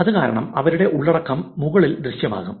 അത് കാരണം അവരുടെ ഉള്ളടക്കം മുകളിൽ ദൃശ്യമാകും